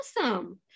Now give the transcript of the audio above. Awesome